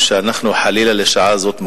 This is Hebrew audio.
בידיעה שאנחנו מוכנים לשעה זאת,